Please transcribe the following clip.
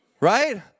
right